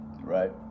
right